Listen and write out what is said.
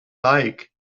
like